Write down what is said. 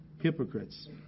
hypocrites